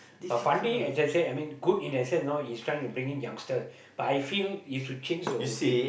but Fandi I just said I mean good in that sense you know he's trying to bring in youngster but I feel it will change the whole thing